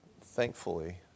Thankfully